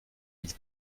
mille